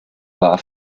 war